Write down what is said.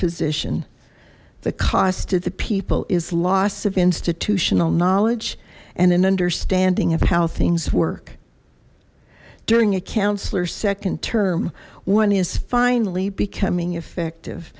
position the cost of the people is loss of institutional knowledge and an understanding of how things work during a counselor second term one is finally becoming effective